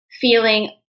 feeling